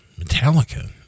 Metallica